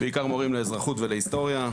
בעיקר מורים לאזרחות ולהיסטוריה.